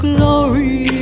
glory